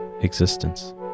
existence